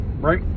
right